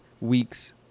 Weeks